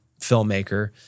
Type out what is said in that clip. filmmaker